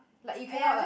like you cannot like